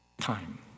time